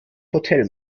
hotel